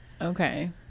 okay